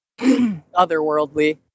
otherworldly